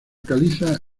caliza